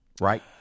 right